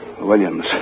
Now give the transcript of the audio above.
Williams